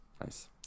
nice